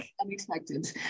unexpected